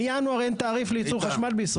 מינואר אין תעריף לייצור חשמל בישראל.